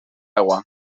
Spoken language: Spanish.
agua